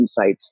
insights